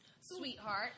sweetheart